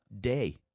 day